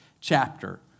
chapter